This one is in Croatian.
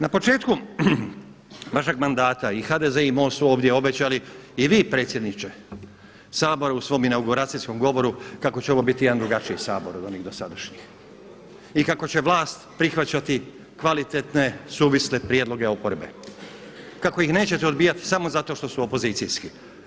Na početku našeg mandata i HDZ i MOST su ovdje obećali, i vi predsjedniče Sabora u svom inauguracijskom govoru kako će ovo biti jedan drugačiji Sabor od onih dosadašnjih, i kako će vlast prihvaćati kvalitetne suvisle prijedloge oporbe, kako ih nećete odbijati samo zato što su opozicijski.